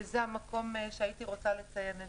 וזה המקום שהייתי רוצה לציין אותם.